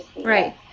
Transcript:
Right